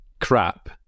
crap